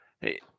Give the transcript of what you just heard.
hey